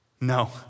No